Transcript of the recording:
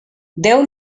déu